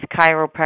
chiropractic